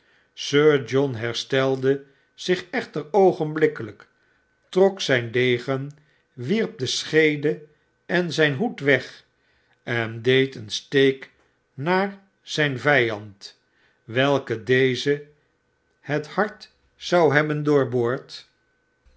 sir john herstelde zich echter oogenblikkelijk trok zijn degen wierp de scheede en zijn hoed weg en deed een steek naar zijn vijand welke dezen het hart zou hebben